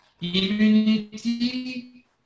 immunity